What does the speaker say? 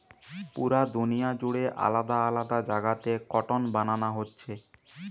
পুরা দুনিয়া জুড়ে আলাদা আলাদা জাগাতে কটন বানানা হচ্ছে